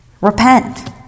repent